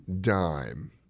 dime